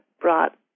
brought